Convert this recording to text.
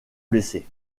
blessée